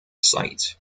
sight